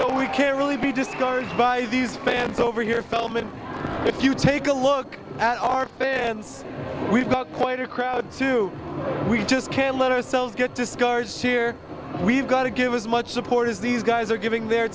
so we can really be discouraged by these fans over here feldman if you take a look at our fans we've got quite a crowd too we just can't let ourselves get to scores here we've got to give as much support as these guys are giving their